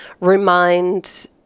remind